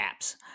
apps